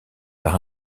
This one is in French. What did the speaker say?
par